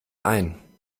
ein